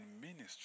ministry